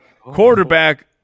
quarterback